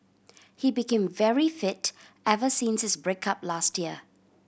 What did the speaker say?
he became very fit ever since his break up last year